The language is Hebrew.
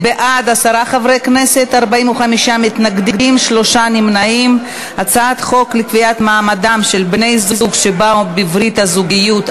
מסדר-היום את הצעת חוק לקביעת מעמדם של בני-זוג שבאו בברית הזוגיות,